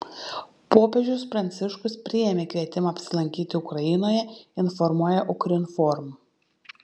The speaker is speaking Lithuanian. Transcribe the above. popiežius pranciškus priėmė kvietimą apsilankyti ukrainoje informuoja ukrinform